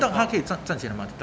TikTok 她可以赚赚钱 how much TikTok